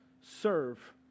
serve